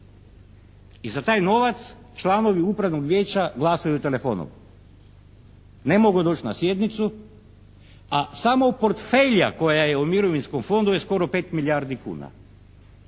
i za taj novac članovi upravnog vijeća glasuju telefonom. Ne mogu doći na sjednicu, a samo portfelja koji je u Mirovinskom fondu je skoro 5 milijardi kuna,